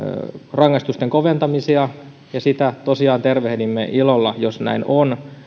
rangaistusten koventamisia ja sitä tosiaan tervehdimme ilolla jos näin on